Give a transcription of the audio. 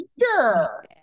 sure